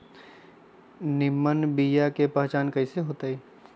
निमन बीया के पहचान कईसे होतई?